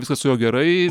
viskas su juo gerai